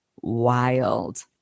wild